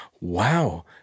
wow